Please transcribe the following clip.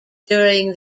during